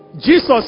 Jesus